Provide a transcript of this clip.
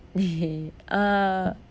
uh